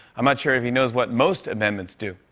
i'm not sure if he knows what most amendments do.